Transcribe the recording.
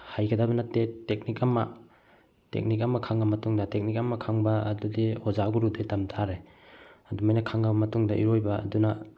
ꯍꯩꯒꯗꯕ ꯅꯠꯇꯦ ꯇꯦꯛꯅꯤꯛ ꯑꯃ ꯇꯦꯛꯅꯤꯛ ꯑꯃ ꯈꯪꯉ ꯃꯇꯨꯡꯗ ꯇꯦꯛꯅꯤꯛ ꯑꯃ ꯈꯪꯕ ꯑꯗꯨꯗꯤ ꯑꯣꯖꯥ ꯒꯨꯔꯨꯗꯒꯤ ꯇꯝꯕ ꯇꯥꯔꯦ ꯑꯗꯨꯃꯥꯏꯅ ꯈꯪꯉꯕ ꯃꯇꯨꯡꯗ ꯏꯔꯣꯏꯕ ꯑꯗꯨꯅ